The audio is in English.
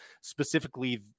specifically